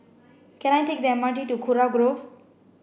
can I take the M R T to Kurau Grove